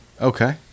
Okay